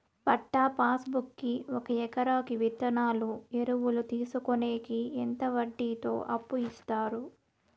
పట్టా passbook కి ఒక ఎకరాకి విత్తనాలు, ఎరువులు తీసుకొనేకి ఎంత వడ్డీతో అప్పు ఇస్తారు?